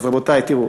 אז, רבותי, תראו.